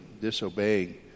disobeying